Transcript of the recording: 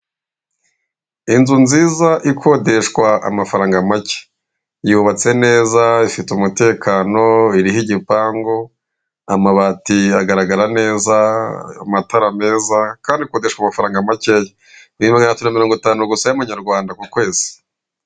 Inzu nziza ikodeshwa amafaranga make, yubatse neza ifite umutekano iriho igipangu amabati agaragara neza amatara meza kandi i ikodeshwa amafaranga makeya ibihumbi maganatatu mirongo itanu gusa yya manyarwanda ku kwezi.